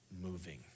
moving